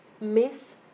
Miss